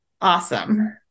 awesome